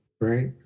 right